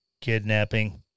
kidnapping